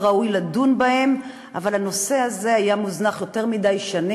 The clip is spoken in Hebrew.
אדוני היושב-ראש,